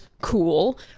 cool